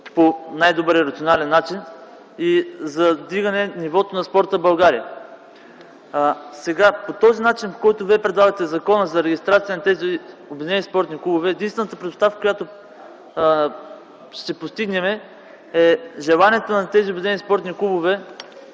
по най-добрия и рационален начин и за вдигане на нивото на спорта в България. По този начин, който вие предлагате закона – за регистрация на тези Обединени спортни клубове, единственото, което ще постигнем, е желанието на тези Обединени спортни клубове